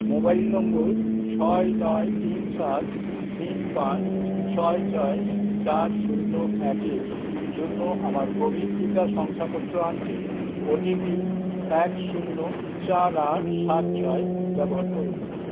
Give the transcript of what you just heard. mobile নম্বর ছয় নয় তিন সাত তিন পাঁচ ছয় ছয় চার শূন্য একের জন্য আমার কোভিড টিকা শংসাপত্র আনতে ওটিপি এক শূন্য চার আট সাত ছয় ব্যবহার করুন